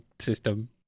system